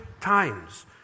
times